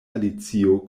alicio